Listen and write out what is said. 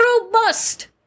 robust